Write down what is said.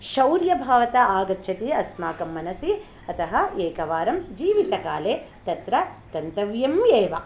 शौर्यभावता आगच्छति अस्माकं मनसि अतः एकवारं जीवितकाले तत्र गन्तव्यम् एव